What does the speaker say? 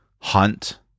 hunt